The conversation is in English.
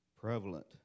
prevalent